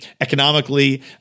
economically